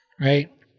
right